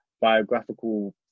biographical